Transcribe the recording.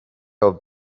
old